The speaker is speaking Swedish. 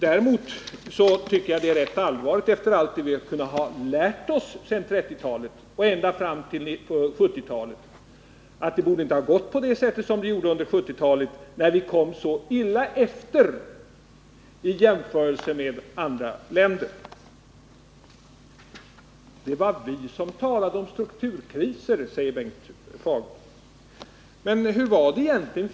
Däremot tycker jag det är allvarligt att vi, trots allt vi borde ha lärt oss av depressionen på 1930-talet och tiden därefter, ändå hamnade i en så krisartad situation under 1970-talet jämfört med andra länder. Det var vi som talade om strukturkriser, säger Bengt Fagerlund. Men hur var det egentligen?